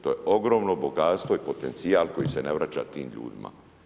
To je ogromno bogatstvo i potencijal koji se ne vraća tim ljudima.